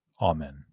Amen